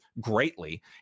greatly